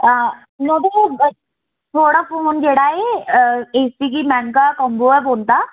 हां थुआढ़ा फोन जेह्ड़ा ऐ इस्सी गी मैह्ंगा कोम्बो गै पौंदा